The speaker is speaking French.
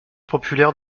populaire